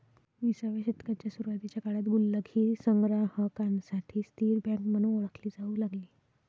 विसाव्या शतकाच्या सुरुवातीच्या काळात गुल्लक ही संग्राहकांसाठी स्थिर बँक म्हणून ओळखली जाऊ लागली